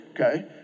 okay